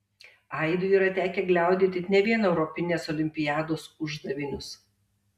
aidui yra tekę gliaudyti ne vien europinės olimpiados uždavinius